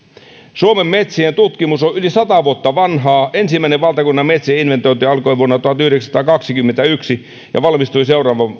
suomen metsien tutkimus on yli sata vuotta vanhaa ensimmäinen valtakunnan metsien inventointi alkoi vuonna tuhatyhdeksänsataakaksikymmentäyksi ja valmistui